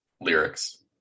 lyrics